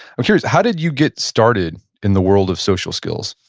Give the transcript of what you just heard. i'm curious, how did you get started in the world of social skills?